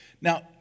Now